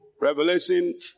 Revelation